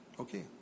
Okay